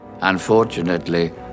Unfortunately